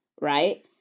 right